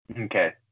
Okay